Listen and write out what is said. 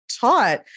taught